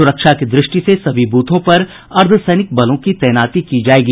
सुरक्षा की दृष्टि से सभी बूथों पर अर्द्वसैनिक बलों की तैनाती की जायेगी